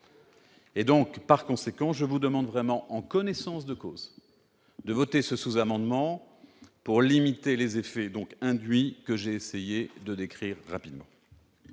Mes chers collègues, je vous demande donc, en connaissance de cause, d'adopter ce sous-amendement pour limiter les effets induits que j'ai essayé de décrire rapidement.